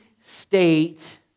state